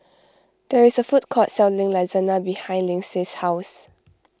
there is a food court selling Lasagna behind Lynsey's house